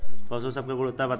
पशु सब के गुणवत्ता बताई?